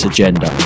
Agenda